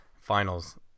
finals